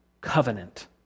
covenant